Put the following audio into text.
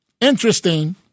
Interesting